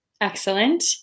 Excellent